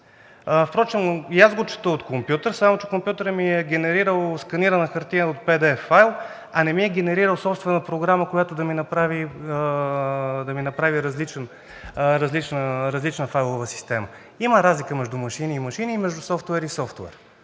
впрочем и аз го чета от компютър, само че компютърът ми е генерирал сканирана хартия от PDF файл, а не ми е генерирал собствена програма, която да ми направи различна файлова система – има разлика между машини и машини, между софтуер и софтуер,